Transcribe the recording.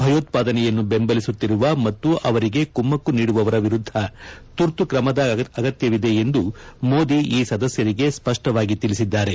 ಭಯೋತ್ಪಾದನೆಯನ್ನು ಬೆಂಬಲಿಸುತ್ತಿರುವ ಮತ್ತು ಅವರಿಗೆ ಕುಮ್ಮಕ್ಕು ನೀಡುವವರ ವಿರುದ್ಧ ತುರ್ತುತ್ತಮದ ಅಗತ್ಕವಿದೆ ಎಂದು ಮೋದಿ ಈ ಸದಸ್ಯರಿಗೆ ಸ್ಪಷ್ಟವಾಗಿ ತಿಳಿಸಿದ್ದಾರೆ